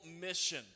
Mission